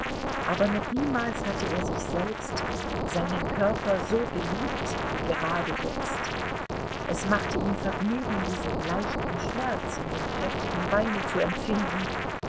aber noch niemals hatte er sich selbst seinen körper so geliebt wie gerade jetzt es machte ihm vergnügen diesen leichten schmerz in dem kräftigen beine zu empfinden